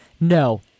no